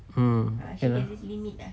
mm ya